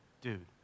dude